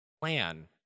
plan